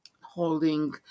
holding